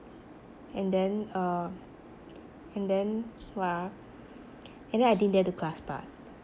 and then um and then what ah and then I didn't dare to class part